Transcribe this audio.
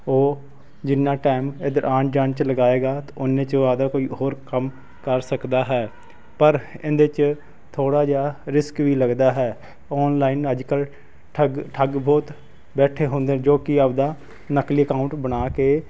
ਉਹ ਜਿੰਨਾਂ ਟਾਈਮ ਇੱਧਰ ਆਉਣ ਜਾਣ 'ਚ ਲਗਾਏਗਾ ਤਾਂ ਉਨੇ 'ਚ ਉਹ ਆਪਦਾ ਕੋਈ ਹੋਰ ਕੰਮ ਕਰ ਸਕਦਾ ਹੈ ਪਰ ਇਹਦੇ 'ਚ ਥੋੜ੍ਹਾ ਜਿਹਾ ਰਿਸਕ ਵੀ ਲੱਗਦਾ ਹੈ ਆਨਲਾਈਨ ਅੱਜ ਕੱਲ੍ਹ ਠੱਗ ਠੱਗ ਬਹੁਤ ਬੈਠੇ ਹੁੰਦੇ ਨੇ ਜੋ ਕਿ ਆਪਦਾ ਨਕਲੀ ਅਕਾਊਂਟ ਬਣਾ ਕੇ